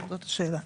זאת השאלה,